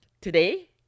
today